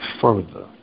further